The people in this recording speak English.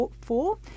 four